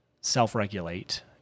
self-regulate